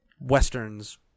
westerns